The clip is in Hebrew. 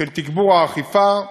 של תגבור האכיפה,